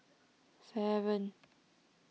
seven